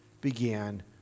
began